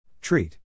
Treat